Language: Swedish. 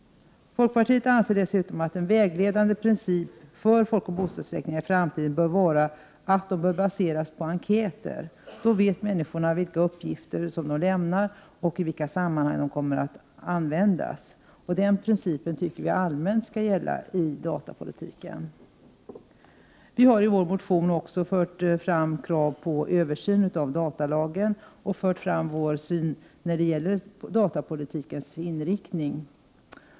Folkpartiet anser dessutom att en vägledande princip för folkoch bostadsräkningar i framtiden bör vara att de skall baseras på enkäter. Då vet människorna vilka uppgifter de lämnar och i vilket sammanhang de kommer att användas. Den principen tycker vi skall gälla allmänt inom datapolitiken. Vi har i vår motion också fört fram krav på översyn av datalagen och vår syn när det gäller datapolitikens inriktning.